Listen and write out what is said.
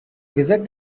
visit